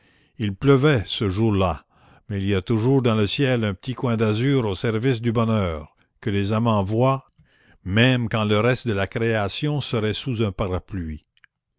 il pleuvait ce jour-là mais il y a toujours dans le ciel un petit coin d'azur au service du bonheur que les amants voient même quand le reste de la création serait sous un parapluie